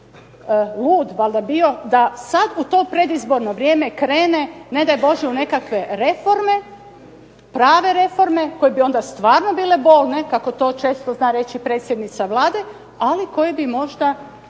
lud valda bio da sad u to predizborno vrijeme krene ne daj Bože u nekakve reforme, prave reforme koje bi onda stvarno bile bolne kako to često zna reći predsjednica Vlade, ali koje bi možda